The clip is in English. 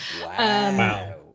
Wow